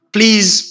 Please